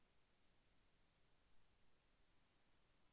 పశుసంవర్ధకం అనగా ఏమి?